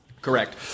Correct